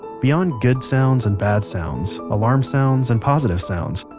beyond good sounds and bad sounds, alarm sounds and positive sounds,